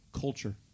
culture